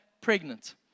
pregnant